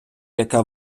яка